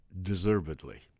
deservedly